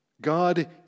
God